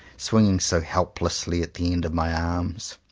swinging so helplessly at the end of my arms.